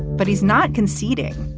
but he's not conceding.